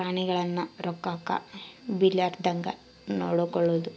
ಪ್ರಾಣಿಗಳನ್ನ ರೋಗಕ್ಕ ಬಿಳಾರ್ದಂಗ ನೊಡಕೊಳದು